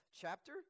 chapter